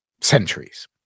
centuries